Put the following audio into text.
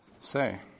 say